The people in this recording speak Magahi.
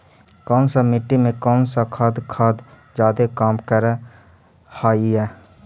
कौन सा मिट्टी मे कौन सा खाद खाद जादे काम कर हाइय?